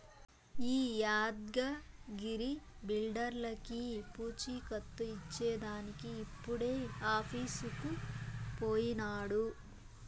ఈ యాద్గగిరి బిల్డర్లకీ పూచీకత్తు ఇచ్చేదానికి ఇప్పుడే ఆఫీసుకు పోయినాడు